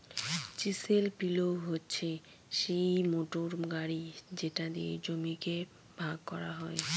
chisel plough হচ্ছে সিই motor গাড়ি যেটা দিয়ে জমিকে ভাগ করা হয়